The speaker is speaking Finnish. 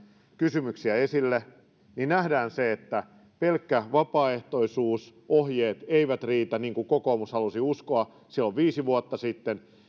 kysymyksiä niin nähdään se että pelkkä vapaaehtoisuus ohjeet eivät riitä niin kuin kokoomus halusi uskoa se oli viisi vuotta sitten